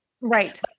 Right